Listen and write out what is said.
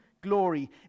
glory